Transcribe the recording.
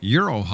Euro